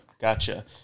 gotcha